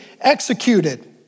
executed